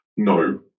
No